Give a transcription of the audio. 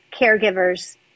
caregivers